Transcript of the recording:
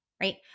right